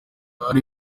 ari